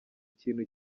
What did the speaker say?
ikintu